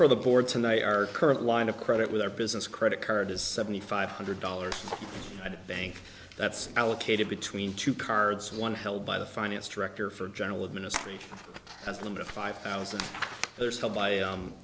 for the board tonight our current line of credit with our business credit card is seventy five hundred dollars and bank that's allocated between two cards one held by the finance director for general administrator has a limit of five thousand there's